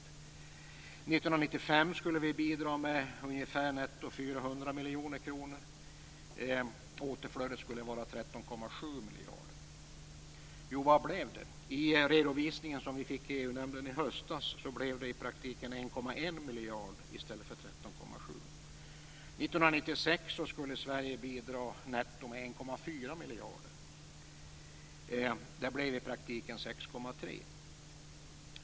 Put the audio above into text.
År 1995 skulle vi bidra med ungefär 400 miljoner kronor netto, och återflödet skulle vara 13,7 miljarder. Vad blev det? I den redovisning som vi fick i EU-nämnden i höstas blev det i praktiken 1,1 miljard i stället för miljarder. Det blev i praktiken 6,3.